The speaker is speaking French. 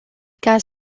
cas